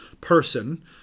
person